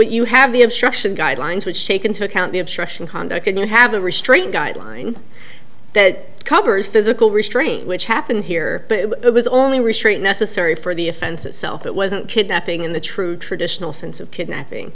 you have the obstruction guidelines which shake into account the obstruction conduct and you have a restraining guideline that covers physical restraint which happen here it was only restraint necessary for the offense itself it wasn't kidnapping in the true traditional sense of kidnapping